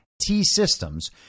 T-Systems